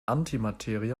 antimaterie